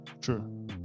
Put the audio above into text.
true